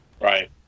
Right